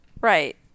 right